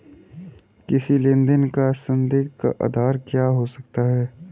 किसी लेन देन का संदिग्ध का आधार क्या हो सकता है?